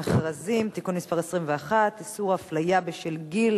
המכרזים (תיקון מס' 21) (איסור הפליה בשל גיל),